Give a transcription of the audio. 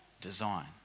design